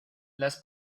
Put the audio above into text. las